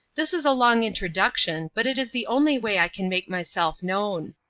this is a long introduction but it is the only way i can make myself known.